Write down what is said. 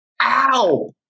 ow